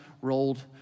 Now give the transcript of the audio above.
rolled